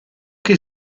che